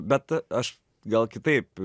bet aš gal kitaip